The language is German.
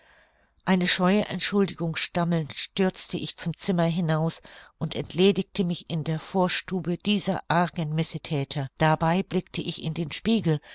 eine scheue entschuldigung stammelnd stürzte ich zum zimmer hinaus und entledigte mich in der vorstube dieser argen missethäter dabei blickte ich in den spiegel